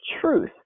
truth